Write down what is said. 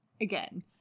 again